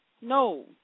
No